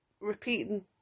repeating